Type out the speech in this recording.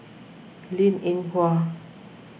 Linn in Hua